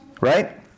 right